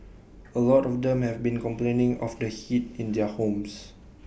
A lot of them have been complaining of the heat in their homes